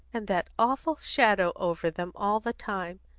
and that awful shadow over them all the time!